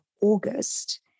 August